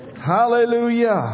Hallelujah